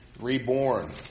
reborn